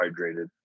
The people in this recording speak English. hydrated